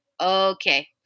okay